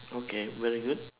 okay very good